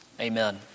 Amen